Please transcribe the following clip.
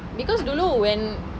because dulu when